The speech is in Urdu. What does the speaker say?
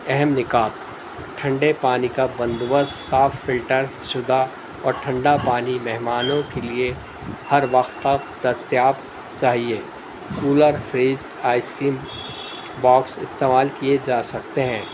اہم نکات ٹھنڈے پانی کا بند و بست صاف فلٹر شدہ اور ٹھنڈا پانی مہمانوں کے لیے ہر وقت دستیاب چاہیے cooler fridge ice cream box استعمال کیے جا سکتے ہیں